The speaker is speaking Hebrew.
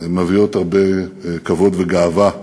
ומביאות הרבה כבוד וגאווה למדינתנו.